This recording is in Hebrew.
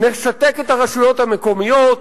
נשתק את הרשויות המקומיות.